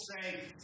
say